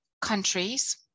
countries